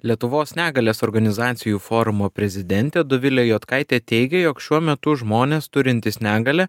lietuvos negalios organizacijų forumo prezidentė dovilė juodkaitė teigė jog šiuo metu žmonės turintys negalią